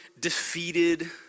defeated